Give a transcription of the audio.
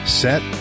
set